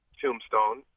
tombstone